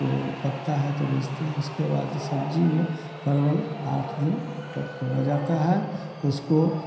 तो पकता है तो बेचते हैं इसके बाद सब्जी में परवल आठ दिन पर तोड़ा जाता है उसको